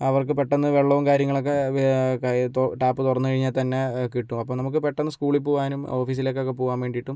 അവർക്ക് പെട്ടന്ന് വെള്ളവും കാര്യങ്ങളുമൊക്കെ ടാപ്പ് തുറന്ന് കഴിഞ്ഞാൽ തന്നെ കിട്ടും അപ്പോൾ നമുക്ക് പെട്ടന്ന് സ്കൂളിൽ പോകാനും ഓഫീസിലേക്കൊക്കെ പോകാനും വേണ്ടീട്ടും